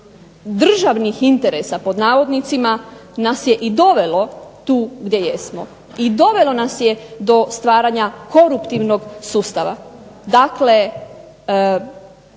državnih interesa, pod navodnicima, nas je i dovelo tu gdje jesmo, i dovelo nas je do stvaranja koruptivnog sustava,